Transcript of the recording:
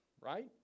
right